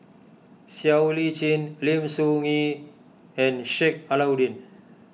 Siow Lee Chin Lim Soo Ngee and Sheik Alau'ddin